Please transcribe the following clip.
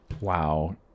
wow